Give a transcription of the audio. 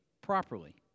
properly